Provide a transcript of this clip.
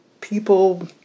people